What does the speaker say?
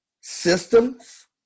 systems